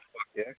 okay